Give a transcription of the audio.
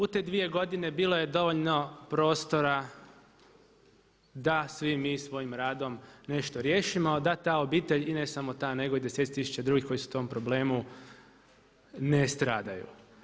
U te 2 godine bilo je dovoljno prostora da svi mi svojim radom nešto riješimo da ta obitelj i ne samo ta nego i deseci tisuća drugih koji su u tom problemu ne stradaju.